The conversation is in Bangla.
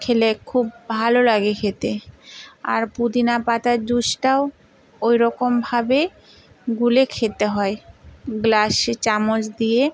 খেলে খুব ভালো লাগে খেতে আর পুদিনা পাতার জুসটাও ওই রকমভাবে গুলে খেতে হয় গ্লাসে চামচ দিয়ে